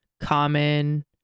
common